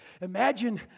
Imagine